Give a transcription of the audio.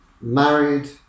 married